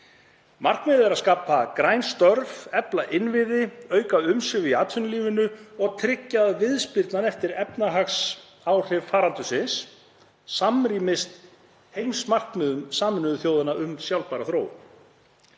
Markmiðið er að skapa verðmæt græn störf, efla innviði, auka umsvif í atvinnulífinu og tryggja að viðspyrnan eftir efnahagsáhrif heimsfaraldursins samræmist heimsmarkmiðum Sameinuðu þjóðanna um sjálfbæra þróun.